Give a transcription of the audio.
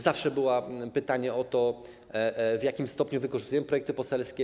Zawsze było pytanie o to, w jakim stopniu wykorzystujemy projekty poselskie?